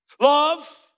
Love